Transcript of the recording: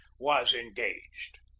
was engaged.